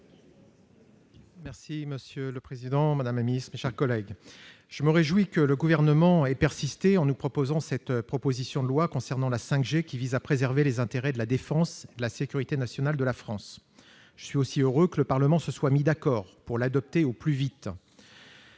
vote. Monsieur le président, madame la secrétaire d'État, mes chers collègues, je me réjouis que le Gouvernement ait persisté en nous proposant cette proposition de loi concernant la 5G qui vise à préserver les intérêts de la défense et de la sécurité nationale de la France. Je suis aussi heureux que le Parlement se soit mis d'accord pour adopter ce texte au plus vite.